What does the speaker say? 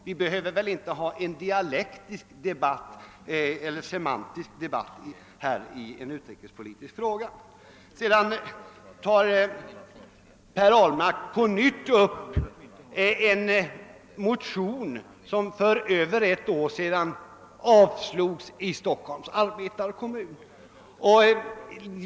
Vi behöver väl inte ha en dialektisk eller semantisk debatt i en utrikespolitisk fråga. Sedan tog herr Ahlmark på nytt upp en motion som för över ett år sedan avslogs i Stockholms Arbetarekommun.